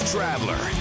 Traveler